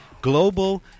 global